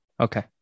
Okay